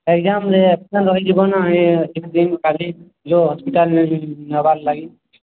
ଏକଜାମ୍ରେ absent ରହିଯିବ ନା କାଲି ଯେଉଁ ହସ୍ପିଟାଲ୍ ନେବାର ଲାଗି